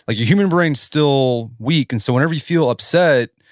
ah your human brain's still weak, and so whenever you feel upset,